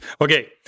Okay